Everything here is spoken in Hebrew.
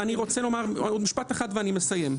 משפט אחד ואני מסיים.